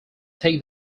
take